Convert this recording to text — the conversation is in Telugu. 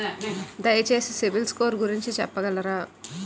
దయచేసి సిబిల్ స్కోర్ గురించి చెప్పగలరా?